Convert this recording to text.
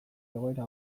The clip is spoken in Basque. egoera